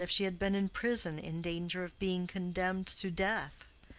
than if she had been in prison in danger of being condemned to death.